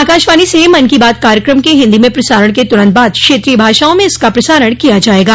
आकाशवाणी से मन की बात कार्यक्रम के हिन्दी में प्रसारण के तुरन्त बाद क्षेत्रीय भाषाओं में इसका प्रसारण किया जायेगा